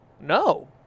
no